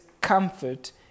comfort